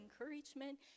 encouragement